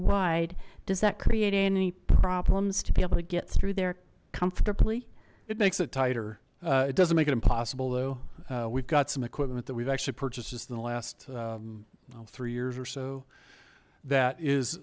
wide does that create any problems to be able to get through there comfortably it makes it tighter it doesn't make it impossible though we've got some equipment that we've actually purchased just in the last three years or so that is